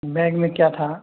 bag में क्या था